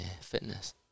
fitness